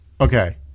Okay